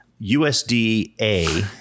USDA